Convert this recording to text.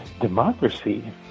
democracy